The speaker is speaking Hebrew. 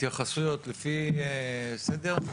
התייחסויות לפי סדר.